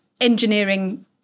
engineering